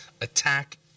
attack